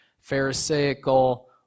Pharisaical